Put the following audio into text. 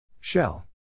Shell